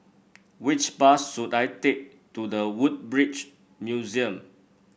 which bus should I take to The Woodbridge Museum